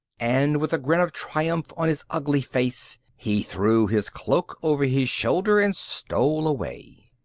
and, with a grin of triumph on his ugly face, he threw his cloak over his shoulder and stole away.